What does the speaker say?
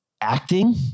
acting